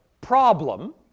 problem